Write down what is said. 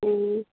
ए